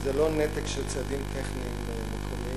וזה לא נתק שצעדים טכניים מקומיים